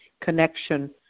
connection